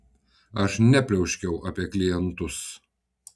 aš nepliauškiau apie klientus